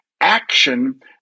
action